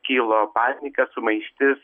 kilo panika sumaištis